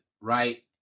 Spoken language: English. right